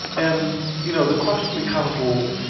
and you know the question becomes, well,